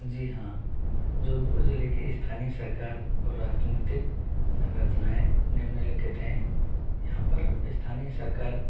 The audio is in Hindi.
जी हाँ जोधपुर जिले के स्थानीय सरकार और राजनीतिक संरचनाएं निम्नलिखित हैं यहाँ पर स्थानीय सरकार